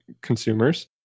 consumers